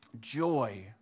joy